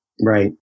Right